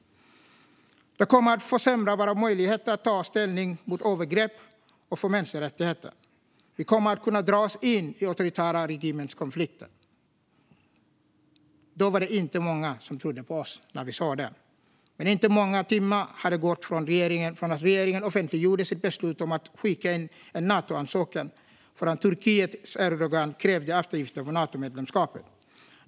Det kommer att försämra våra möjligheter att ta ställning mot övergrepp och för mänskliga rättigheter, och vi kommer att kunna dras in i auktoritära regimers konflikter. När vi sa så var det inte många som trodde på oss. Men inte många timmar hade gått från att regeringen offentliggjorde sitt beslutet om att skicka in en Natoansökan förrän Turkiets Erdogan krävde eftergifter för Natomedlemskapet.